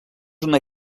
una